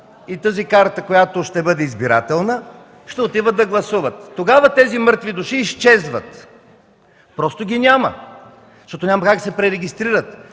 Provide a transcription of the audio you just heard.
и тази карта, която ще бъде избирателна, ще отива да гласува. Тогава тези мъртви души изчезват! Просто ги няма, защото няма как да се пререгистрират.